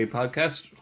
podcast